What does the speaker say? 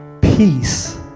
peace